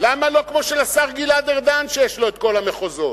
למה לא כמו של השר גלעד ארדן שיש לו כל המחוזות?